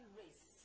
race